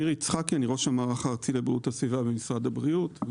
אני ראש המערך הארצי לבריאות הסביבה במשרד הבריאות.